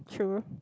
true